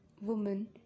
woman